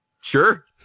Sure